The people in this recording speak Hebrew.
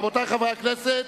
רבותי חברי הכנסת,